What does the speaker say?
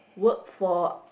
work for